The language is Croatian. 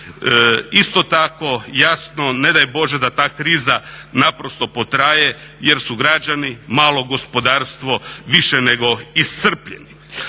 Isto tako, jasno ne daj Bože da ta kriza naprosto potraje jer su građani, malo gospodarstvo više nego iscrpljeni.